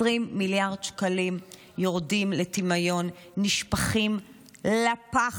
20 מיליארד שקלים יורדים לטמיון, נשפכים לפח.